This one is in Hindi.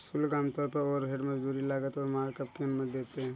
शुल्क आमतौर पर ओवरहेड, मजदूरी, लागत और मार्कअप की अनुमति देते हैं